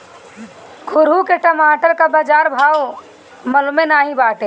घुरहु के टमाटर कअ बजार भाव मलूमे नाइ बाटे